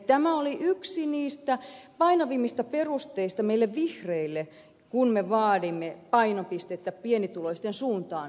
tämä oli yksi niistä painavimmista perusteista meille vihreille kun me vaadimme painopistettä pienituloisten suuntaan veronalennuksissa